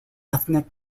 ethnic